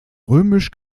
römisch